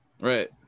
Right